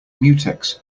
mutex